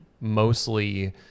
mostly